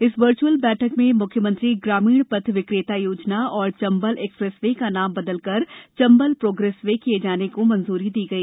इस वर्चुअल बैठक में मुख्यमंत्री ग्रामीण पथ विक्रेता योजना और चंबल एक्सप्रेस वे का नाम बदलकर चंबल प्रोग्रेस वे किये जाने को मंजूरी दी गई